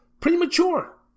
premature